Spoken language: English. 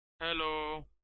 Hello